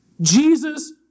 Jesus